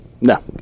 No